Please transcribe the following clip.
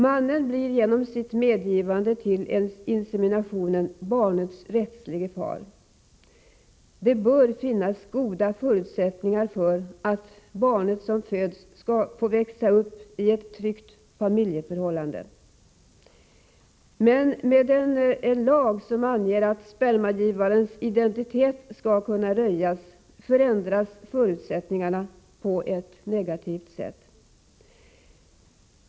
Mannen blir genom sitt medgivande till inseminationen barnets rättslige far. Det bör finnas goda förutsättningar för att det här barnet skall få växa upp i ett tryggt familjeförhållande. Med en lag som anger att spermagivarens identitet skall kunna röjas förändras förutsättningarna på ett negativt sätt.